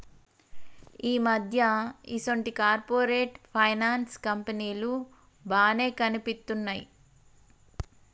ఈ మధ్య ఈసొంటి కార్పొరేట్ ఫైనాన్స్ కంపెనీలు బానే కనిపిత్తున్నయ్